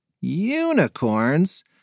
Unicorns